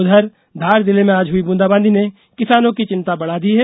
उधर धार जिले में आज हुई बुंदाबादी ने किसानों की चिंता बढ़ा दी है